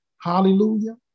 hallelujah